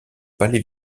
palais